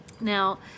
Now